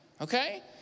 Okay